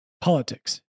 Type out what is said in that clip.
politics